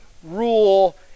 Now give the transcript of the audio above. Rule